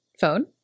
phone